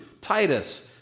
Titus